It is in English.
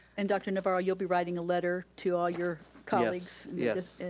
and dr. navarro, you'll be writing a letter to all your colleagues. yes,